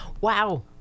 wow